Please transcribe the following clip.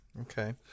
Okay